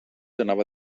anava